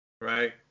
right